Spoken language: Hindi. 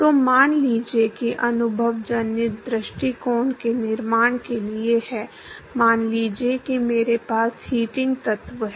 तो मान लीजिए कि अनुभवजन्य दृष्टिकोण के निर्माण के लिए है मान लीजिए कि मेरे पास हीटिंग तत्व है